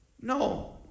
No